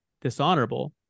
dishonorable